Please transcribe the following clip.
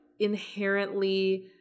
inherently